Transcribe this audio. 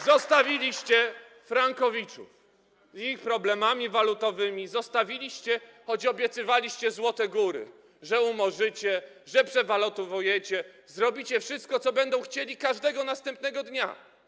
Zostawiliście frankowiczów z ich problemami walutowymi, choć obiecywaliście złote góry, że umorzycie, że przewalutujecie, że zrobicie wszystko, co będą chcieli, każdego następnego dnia.